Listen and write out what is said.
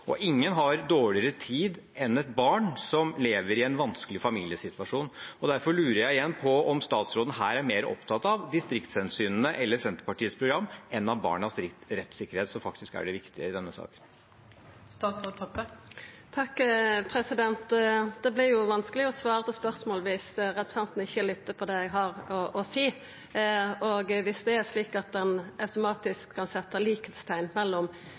og ingen har dårligere tid enn et barn som lever i en vanskelig familiesituasjon. Derfor lurer jeg igjen på: Er statsråden her mer opptatt av distriktshensynene eller Senterpartiets program enn av barnas rettssikkerhet, som faktisk er det viktige i denne saken? Det vert jo vanskeleg å svare på spørsmålet dersom representanten ikkje lyttar til det eg har å seia. Dersom det hadde vore slik at ein automatisk kunne setja likskapsteikn mellom